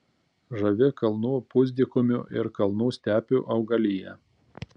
žavi kalnų pusdykumių ir kalnų stepių augalija